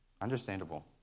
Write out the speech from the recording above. Understandable